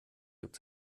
gibt